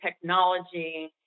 technology